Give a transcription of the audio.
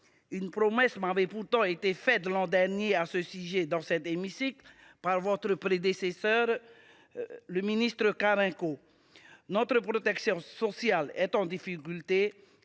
une promesse m’avait pourtant été faite l’an dernier dans cet hémicycle par votre prédécesseur, M. Carenco. Notre protection sociale est en difficulté